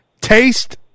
Taste